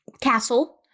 castle